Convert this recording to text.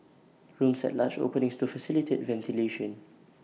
rooms had large openings to facilitate ventilation